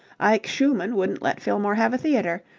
ike schumann wouldn't let fillmore have a theatre.